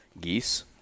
geese